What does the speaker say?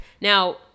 Now